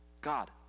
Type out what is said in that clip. God